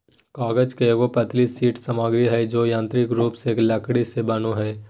कागज एगो पतली शीट सामग्री हइ जो यांत्रिक रूप से लकड़ी से बनो हइ